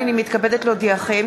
הנני מתכבדת להודיעכם,